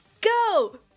Go